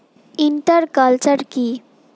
Inter culture কি?